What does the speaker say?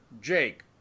jake